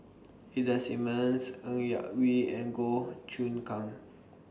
Ida Simmons Ng Yak Whee and Goh Choon Kang